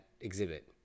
exhibit